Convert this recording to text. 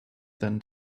then